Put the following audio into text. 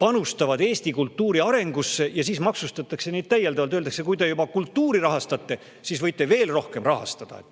panustavad eesti kultuuri arengusse, aga siis maksustatakse neid täiendavalt ja öeldakse, et kui te kultuuri juba rahastate, siis võite veel rohkem rahastada.